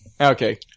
Okay